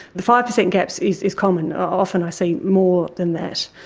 the five per cent gaps is is common. often i see more than that.